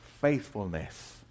faithfulness